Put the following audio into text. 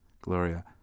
Gloria